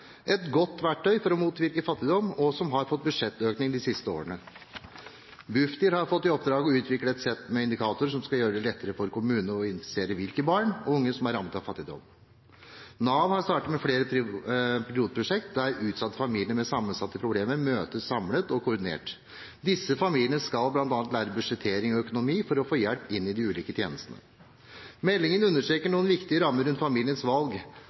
et godt verktøy for å motvirke fattigdom og som har fått budsjettøkning de siste årene. Bufdir har fått i oppdrag å utvikle et sett med indikatorer som skal gjøre det lettere for kommunene å identifisere hvilke barn og unge som er rammet av fattigdom. Nav har startet med flere pilotprosjekter der utsatte familier med sammensatte problemer møtes samlet og koordinert. Disse familiene skal bl.a. lære budsjettering og økonomi for å få hjelp i de ulike tjenestene. Meldingen understreker noen viktige rammer rundt familiens valg: